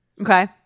Okay